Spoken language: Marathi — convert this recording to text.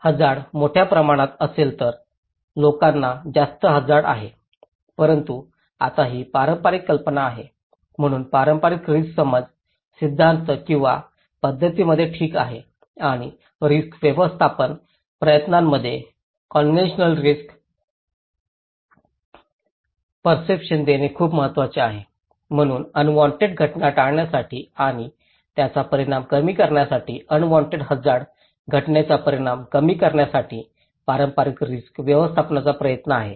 हझार्ड मोठ्या प्रमाणात असेल तर लोकांना जास्त हझार्ड आहे परंतु आता ही पारंपारिक कल्पना आहे म्हणून पारंपारिक रिस्क समज सिद्धांत किंवा पद्धतींमध्ये ठीक आहे आणि रिस्क व्यवस्थापन प्रयत्नांमध्ये कॉन्व्हेंशनल रिस्क पेरसपशन देणे खूप महत्वाचे आहे म्हणून अनवॉन्टेड घटना टाळण्यासाठी आणि त्याचा परिणाम कमी करण्यासाठी अनवॉन्टेड हझार्ड घटनेचा परिणाम कमी करण्यासाठी पारंपारिक रिस्क व्यवस्थापनाचा प्रयत्न आहे